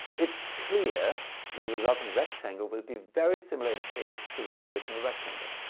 it's clear that the resulting rectangle will be very similar in shape to the original rectangle.